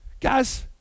Guys